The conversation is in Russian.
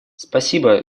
спасибо